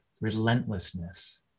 relentlessness